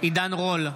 עידן רול,